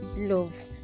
love